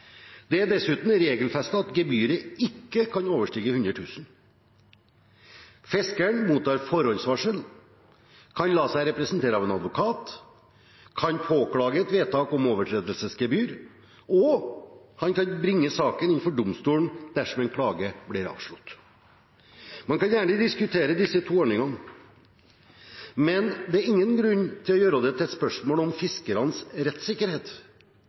Det er dessuten regelfestet at gebyret ikke kan overstige 100 000 kr. Fiskeren mottar forhåndsvarsel, kan la seg representere av en advokat, kan påklage et vedtak om overtredelsesgebyr, og han kan bringe saken inn for en domstol dersom en klage blir avslått. Man kan gjerne diskutere disse to ordningene, men det er ingen grunn til å gjøre det til et spørsmål om fiskernes rettssikkerhet.